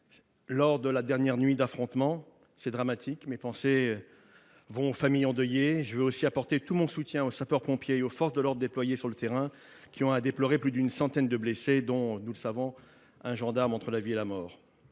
lors de la dernière nuit d’affrontements. C’est dramatique. Mes pensées vont aux familles endeuillées. Je veux aussi apporter tout mon soutien aux sapeurs pompiers et aux membres des forces de l’ordre déployés sur le terrain, qui ont à déplorer plus d’une centaine de blessés, parmi lesquels un gendarme se trouve entre la vie et la mort.